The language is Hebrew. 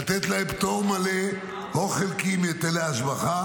לתת להן פטור מלא או חלקי מהיטלי השבחה.